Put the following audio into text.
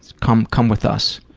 come come with us.